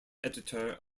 editor